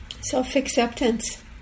self-acceptance